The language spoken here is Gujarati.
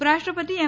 ઉપરાષ્ટ્રપતિ એમ